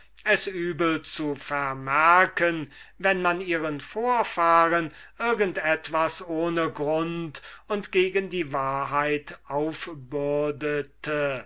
es übel zu vermerken wenn man ihren vorfahren irgend etwas ohne grund und gegen die wahrheit